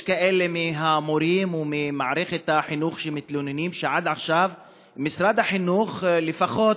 יש כאלה מהמורים וממערכת החינוך שמתלוננים שעד עכשיו משרד החינוך לפחות,